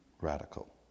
radical